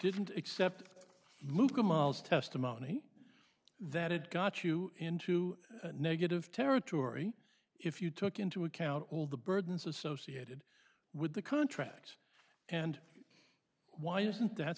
didn't accept move testimony that it got you into negative territory if you took into account all the burdens associated with the contract and why isn't that